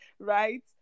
right